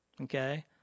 okay